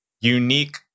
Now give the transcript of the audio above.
unique